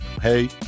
Hey